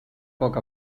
poc